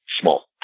small